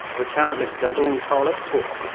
we're currently doubling coal exports,